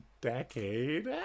decade